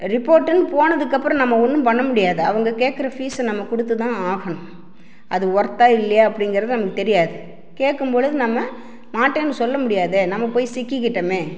ரிப்போர்ட்டுன்னு போனதுக்கப்புறம் நம்ம ஒன்றும் பண்ண முடியாது அவங்க கேட்கற பீஸை நம்ம கொடுத்து தான் ஆகணும் அது ஒர்த்தா இல்லையா அப்படிங்கிறது நமக்கு தெரியாது கேட்கும்பொழுது நம்ம மாட்டேன்னு சொல்ல முடியாதே நம்ம போய் சிக்கிக்கிட்டோமே